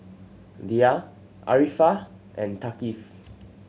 Dhia Arifa and Thaqif